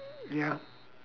ya